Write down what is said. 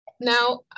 Now